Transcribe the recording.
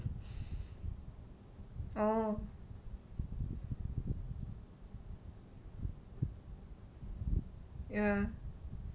oh ya